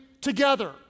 together